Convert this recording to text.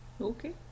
okay